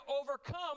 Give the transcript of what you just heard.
overcome